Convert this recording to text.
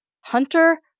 Hunter